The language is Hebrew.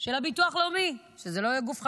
של הביטוח הלאומי, שזה לא יהיה גוף חשוד,